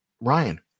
Ryan